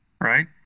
right